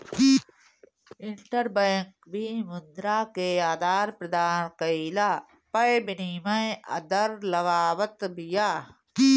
interbank भी मुद्रा के आदान प्रदान कईला पअ विनिमय दर लगावत बिया